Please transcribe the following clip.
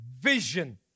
vision